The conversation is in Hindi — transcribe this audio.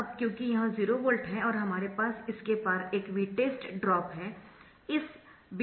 अब क्योंकि यह 0 वोल्ट है और हमारे पास इसके पार एक Vtest ड्रॉप है